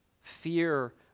fear